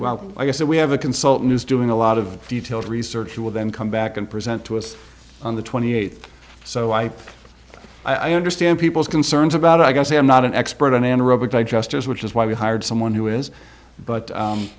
well i guess that we have a consultant who's doing a lot of detailed research who will then come back and present to us on the twenty eighth so i i understand people's concerns about i guess i'm not an expert on anaerobic i just as which is why we hired someone who is but